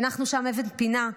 הנחנו שם אבן פינה,